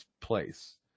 place